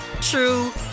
true